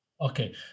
Okay